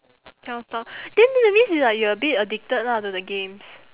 cannot stop then that means you're like you're a bit addicted lah to the games